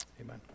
Amen